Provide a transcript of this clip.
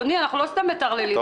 אנחנו לא סתם מטרללים אותך,